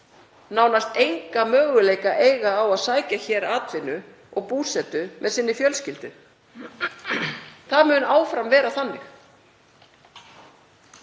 nánast enga möguleika á að sækja hér atvinnu og búsetu með sinni fjölskyldu. Það mun áfram vera þannig,